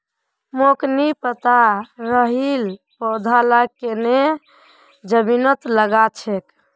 मोक नी पता राइर पौधा लाक केन न जमीनत लगा छेक